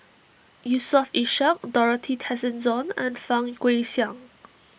Yusof Ishak Dorothy Tessensohn and Fang Guixiang